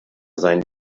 sein